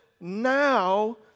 now